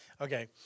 Okay